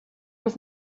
was